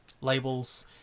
labels